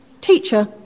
Teacher